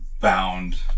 bound